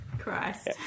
Christ